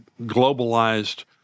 globalized